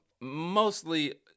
mostly